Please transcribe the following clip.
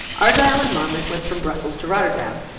argyle and monmouth went from brussels to rotterdam,